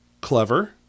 clever